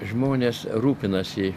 žmonės rūpinasi